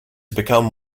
become